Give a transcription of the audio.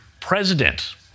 president